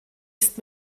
ist